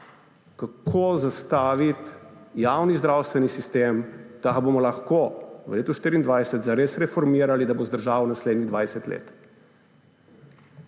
kako zastaviti javni zdravstveni sistem, da ga bomo lahko v letu 2024 zares reformirali, da bo zdržal naslednjih 20 let.